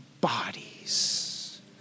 bodies